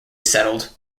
settled